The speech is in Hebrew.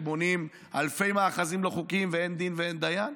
שבונים אלפי מאחזים לא חוקיים ואין דין ואין דיין?